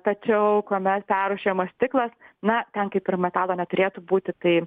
tačiau kuomet perrūšiuojamas stiklas na ten kaip ir metalo neturėtų būti tai